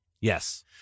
Yes